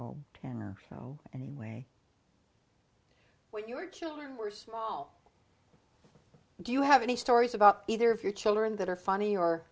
ten or so anyway when your children were small do you have any stories about either of your children that are funny or